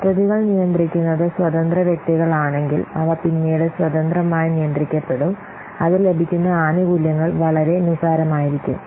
പദ്ധതികൾ നിയന്ത്രിക്കുന്നത് സ്വതന്ത്ര വ്യക്തികളാണെങ്കിൽ അവ പിന്നീട് സ്വതന്ത്രമായി നിയന്ത്രിക്കപ്പെടും അത് ലഭിക്കുന്ന ആനുകൂല്യങ്ങൾ വളരെ നിസാരമായിരിക്കും